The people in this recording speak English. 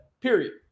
Period